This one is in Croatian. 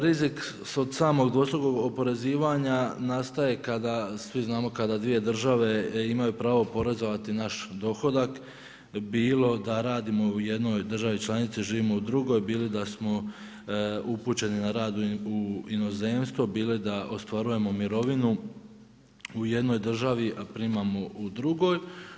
Rizik od samog dvostrukog oporezivanja nastaje kada, svi znamo kada dvije države imaju pravo oporezovati naš dohodak bilo da radimo u jednoj državi članici, živimo u drugoj, bilo da smo upućeni na rad u inozemstvo, bilo da ostvarujemo mirovinu u jednoj državi, a primamo u drugoj.